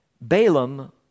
Balaam